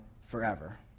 forever